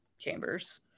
chambers